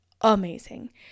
amazing